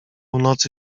nocy